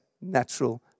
natural